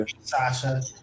Sasha